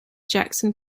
jackson